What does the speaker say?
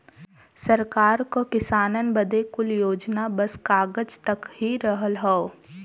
सरकार क किसानन बदे कुल योजना बस कागज तक ही रहल हौ